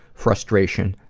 frustration,